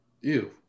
Ew